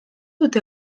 dute